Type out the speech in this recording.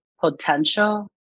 potential